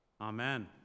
Amen